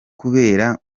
kubera